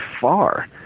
far